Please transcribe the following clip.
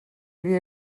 havia